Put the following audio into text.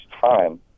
time